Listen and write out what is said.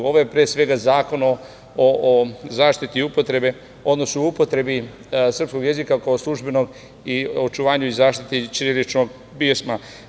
Ovo je, pre svega, Zakon o zaštiti upotrebe, odnosno upotrebi srpskog jezika kao službenog i očuvanju i zaštiti ćiriličnog pisma.